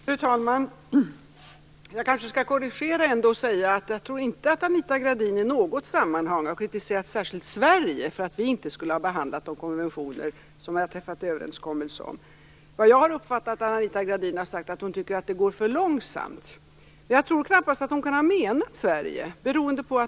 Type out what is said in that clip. Fru talman! Jag kanske skall korrigera och säga att jag inte tror att Anita Gradin i något sammanhang särskilt har kritiserat Sverige för att vi inte skulle ha behandlat de konventioner som vi har träffat överenskommelse om. Det jag har uppfattat att Anita Gradin har sagt är att hon tycker att det går för långsamt. Men jag tror knappast att hon kan ha menat Sverige.